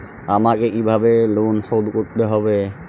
আমাকে কিভাবে লোন শোধ করতে হবে?